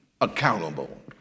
accountable